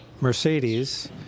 Mercedes